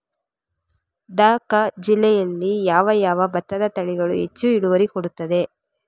ದ.ಕ ಜಿಲ್ಲೆಯಲ್ಲಿ ಯಾವ ಯಾವ ಭತ್ತದ ತಳಿಗಳು ಹೆಚ್ಚು ಇಳುವರಿ ಕೊಡುತ್ತದೆ?